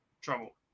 trouble